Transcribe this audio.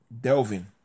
delving